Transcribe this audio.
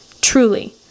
Truly